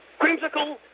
Creamsicle